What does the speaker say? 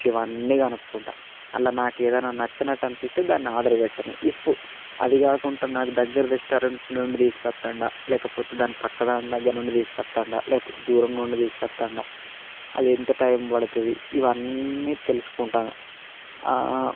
ఇట్ల ఇవన్నీ కనుక్కుంటా అందులో నాకు ఏదన్నా నచ్చనట్టు అనిపిస్తే దాన్ని ఆర్డర్ పెట్టా ఇఫ్ అదికాకుండా నాకు దగ్గర రెస్టారెంట్ నుండి తీసుకొస్తున్నాడా లేకపోతే దాని పక్క దాని నుండి తీసుకొస్తున్నాడా లేకపోతే దూరం నుండి తీసుకొస్తున్నాడా అది ఎంత టైం పడుతుంది ఇవన్నీ తెలుసుకుంటాను